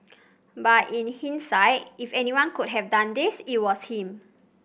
but in hindsight if anyone could have done this it was him